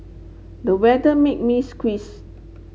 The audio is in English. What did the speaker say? the weather made me squeeze